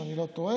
אם אני לא טועה,